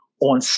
on